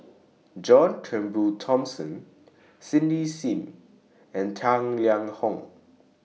John Turnbull Thomson Cindy SIM and Tang Liang Hong